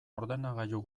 ordenagailu